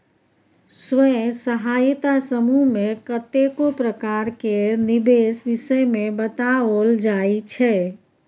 स्वयं सहायता समूह मे कतेको प्रकार केर निबेश विषय मे बताओल जाइ छै